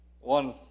One